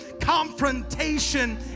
confrontation